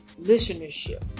listenership